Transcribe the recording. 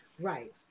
right